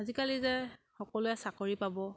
আজিকালি যে সকলোৱে চাকৰি পাব